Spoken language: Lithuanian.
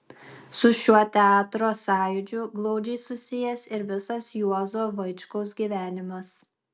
su šiuo teatro sąjūdžiu glaudžiai susijęs ir visas juozo vaičkaus gyvenimas